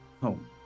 home